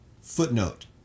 footnote